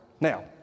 Now